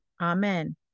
amen